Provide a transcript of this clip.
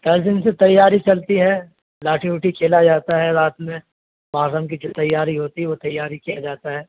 کئی دن سے تیاری چلتی ہے لاٹھی اوٹھی کھیلا جاتا ہے رات میں محرم کی جو تیاری ہوتی ہے وہ تیاری کیا جاتا ہے